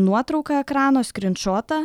nuotrauką ekrano skrynšotą